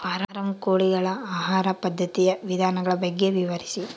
Form ಕೋಳಿಗಳ ಆಹಾರ ಪದ್ಧತಿಯ ವಿಧಾನಗಳ ಬಗ್ಗೆ ವಿವರಿಸಿ?